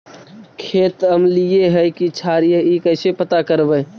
खेत अमलिए है कि क्षारिए इ कैसे पता करबै?